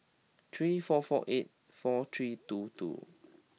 three four four eight four three two two